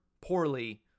poorly